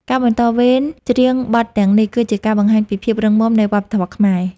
ការបន្តវេនច្រៀងបទទាំងនេះ គឺជាការបង្ហាញពីភាពរឹងមាំនៃវប្បធម៌ខ្មែរ។